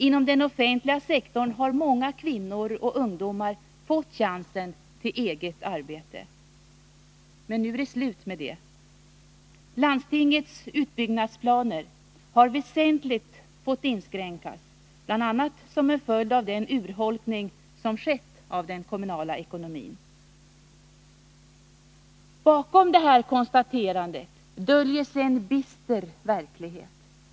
Inom den offentliga sektorn har många kvinnor och ungdomar fått chansen till eget arbete. Men nu är det slut med det. Landstingets utbyggnadsplaner har väsentligt fått inskränkas, bl.a. som en följd av den urholkning av den kommunala ekonomin som skett. Bakom detta konstaterande döljer sig en bister verklighet.